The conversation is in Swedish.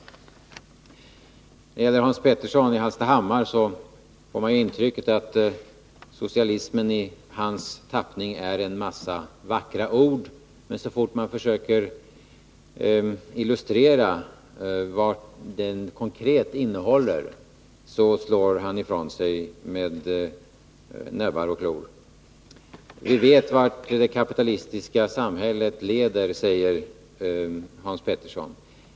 När man lyssnar på Hans Petersson i Hallstahammar får man intrycket att socialismen i hans tappning är en massa vackra ord, men så snart man försöker illustrera vad den konkret innehåller slår han ifrån sig med näbbar och klor. Vi vet vart det kapitalistiska samhället leder, säger Hans Petersson.